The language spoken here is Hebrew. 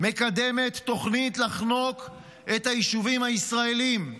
מקדמת תוכנית לחנוק את היישובים הישראליים,